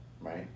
right